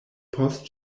post